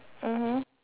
mmhmm